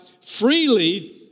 freely